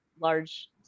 large